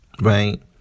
right